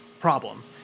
problem